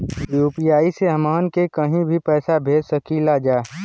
UPI से हमहन के कहीं भी पैसा भेज सकीला जा?